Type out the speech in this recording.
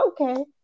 okay